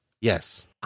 Yes